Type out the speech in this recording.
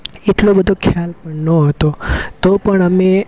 એટલો બધો ખ્યાલ ન હતો તો પણ અમે